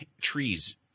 trees